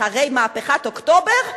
אחרי מהפכת אוקטובר?